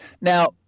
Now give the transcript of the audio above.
Now